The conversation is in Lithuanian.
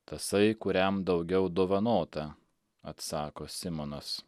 tasai kuriam daugiau dovanota atsako simonas